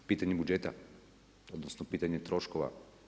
Pitanje budžeta, odnosno pitanje troškova.